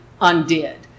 undid